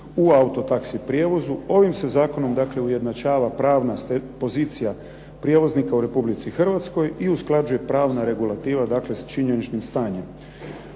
u auto taxi prijevozu ovim se zakonom, dakle ujednačava pravna pozicija prijevoznika u Republici Hrvatskoj i usklađuje pravna regulativa, dakle s činjeničnim stanjem.